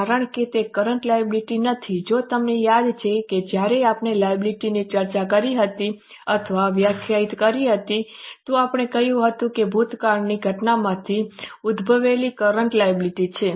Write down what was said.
કારણ કે તે કરન્ટ લાયબિલિટી નથી જો તમને યાદ છે કે જ્યારે આપણે લાયબિલિટી ની ચર્ચા કરી હતી અથવા વ્યાખ્યાયિત કરી હતી તો આપણે કહ્યું હતું કે તે ભૂતકાળની ઘટનામાંથી ઉદ્ભવેલી કરન્ટ લાયબિલિટી છે